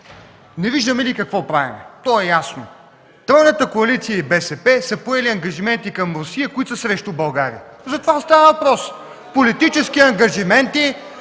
не виждаме ли какво правим? То е ясно: тройната коалиция и БСП са поели ангажименти към Русия, които са срещу България – за това става въпрос. (Силен шум и